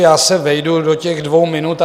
Já se vejdu do těch dvou minut.